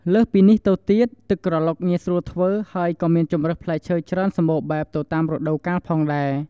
លើសពីនេះទៅទៀត ទឹកក្រឡុកងាយស្រួលធ្វើ ហើយក៏មានជម្រើសផ្លែឈើច្រើនសម្បូរបែប ទៅតាមរដូវកាលផងដែរ។